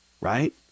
right